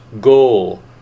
goal